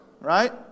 Right